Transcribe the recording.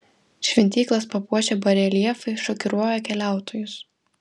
šventyklas papuošę bareljefai šokiruoja keliautojus